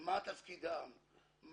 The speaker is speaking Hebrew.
מה תפקידם,